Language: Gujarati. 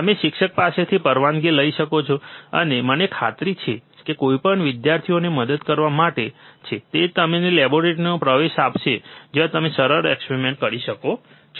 તમે શિક્ષક પાસેથી પરવાનગી લઈ શકો છો અને મને ખાતરી છે કે જે કોઈ પણ વિદ્યાર્થીઓને મદદ કરવા માટે છે તે તમને લેબોરેટરીમાં પ્રવેશ આપશે જ્યાં તમે સરળ એક્સપેરિમેન્ટ કરી શકો છો